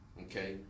okay